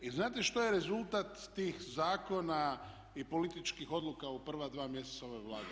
I znate što je rezultat tih zakona i političkih odluka u prva dva mjeseca ove Vlade?